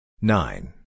nine